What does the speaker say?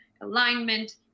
alignment